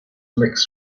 makes